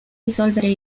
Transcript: risolvere